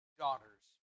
daughters